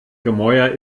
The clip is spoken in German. gemäuer